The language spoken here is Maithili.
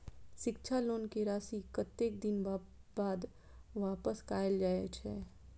शिक्षा लोन के राशी कतेक दिन बाद वापस कायल जाय छै?